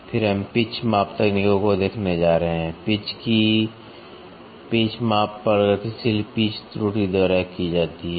फिर हम पिच माप तकनीकों को देखने जा रहे हैं पिच की पिच माप प्रगतिशील पिच त्रुटि द्वारा की जाती है